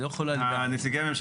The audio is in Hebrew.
אני לא מדבר עכשיו על הרב סתיו,